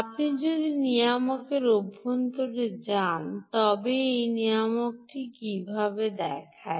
আপনি যদি নিয়ামকের অভ্যন্তরে যান তবে এই নিয়ামকটি কীভাবে দেখায়